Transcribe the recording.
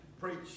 preach